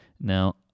Now